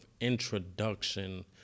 introduction